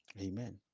Amen